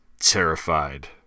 terrified